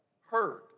heard